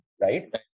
right